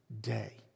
day